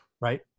Right